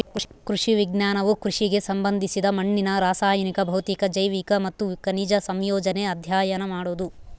ಕೃಷಿ ವಿಜ್ಞಾನವು ಕೃಷಿಗೆ ಸಂಬಂಧಿಸಿದ ಮಣ್ಣಿನ ರಾಸಾಯನಿಕ ಭೌತಿಕ ಜೈವಿಕ ಮತ್ತು ಖನಿಜ ಸಂಯೋಜನೆ ಅಧ್ಯಯನ ಮಾಡೋದು